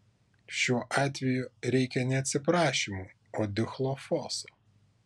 šiuo atveju reikia ne atsiprašymų o dichlofoso